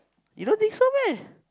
you know this so meh